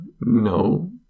No